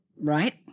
right